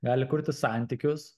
gali kurti santykius